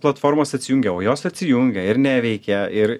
platformos atsijungia o jos atsijungia ir neveikia ir